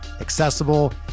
accessible